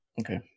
Okay